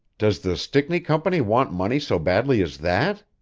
does the stickney company want money so badly as that?